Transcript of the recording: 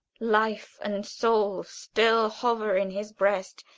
life and soul, still hover in his breast,